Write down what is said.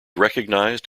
recognized